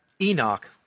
Enoch